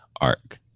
arc